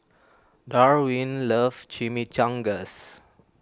Darwin loves Chimichangas